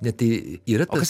ne tai yra tas